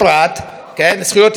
זכויות יסוד של הפרט,